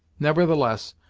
nevertheless,